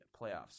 playoffs